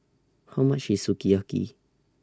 How much IS Sukiyaki